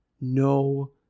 no